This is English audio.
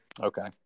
Okay